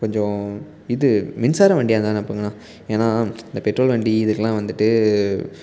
கொஞ்சம் இது மின்சாரம் வண்டியாக இருந்தால் அனுப்புங்கண்ணா ஏன்னா இந்த பெட்ரோல் வண்டி இதுக்கெலாம் வந்துட்டு